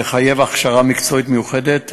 המחייב הכשרה מקצועית מיוחדת,